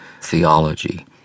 theology